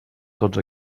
tots